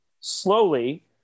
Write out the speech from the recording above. slowly